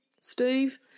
steve